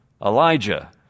Elijah